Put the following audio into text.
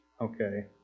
okay